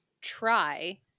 try